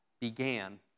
began